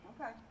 Okay